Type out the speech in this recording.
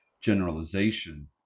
generalization